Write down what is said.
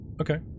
Okay